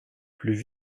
plus